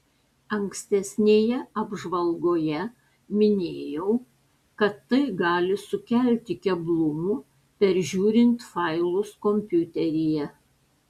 ankstesnėje apžvalgoje minėjau kad tai gali sukelti keblumų peržiūrint failus kompiuteryje